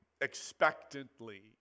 expectantly